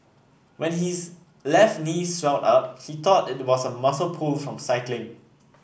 when his left knee swelled up he thought it was a muscle pull from cycling